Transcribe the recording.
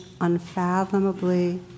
unfathomably